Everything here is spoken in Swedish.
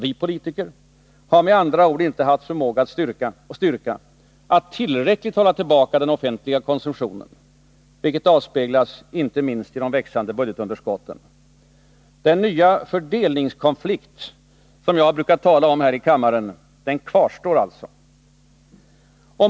Vi politiker har med andra ord icke haft förmåga och styrka att tillräckligt hålla tillbaka den offentliga konsumtionen, vilket avspeglas inte minst i de växande budgetunderskotten. Den nya ”fördelningskonflikt” som jag brukar tala om här i kammaren kvarstår alltså.